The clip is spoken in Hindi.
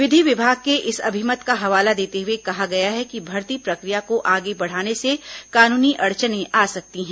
विधि विभाग के इस अभिमत का हवाला देते हुए कहा गया है कि भर्ती प्रक्रिया को आगे बढ़ाने से कानूनी अड़चनें आ सकती हैं